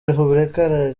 repubulika